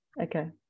okay